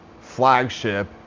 flagship